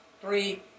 three